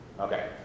Okay